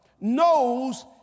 knows